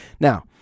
Now